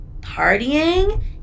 partying